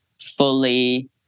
fully